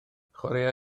chwaraea